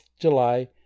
July